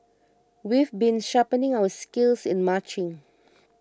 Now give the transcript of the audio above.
we've been sharpening our skills in marching